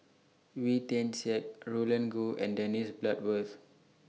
Wee Tian Siak Roland Goh and Dennis Bloodworth